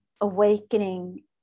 awakening